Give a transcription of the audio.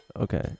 okay